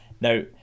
Now